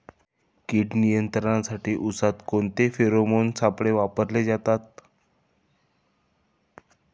कीड नियंत्रणासाठी उसात कोणते फेरोमोन सापळे वापरले जातात?